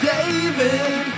David